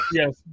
yes